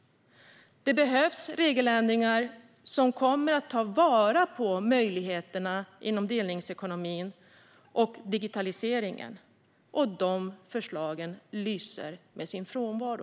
Det behövs regeländringar som tar vara på möjligheterna inom delningsekonomin och digitaliseringen. De förslagen lyser med sin frånvaro.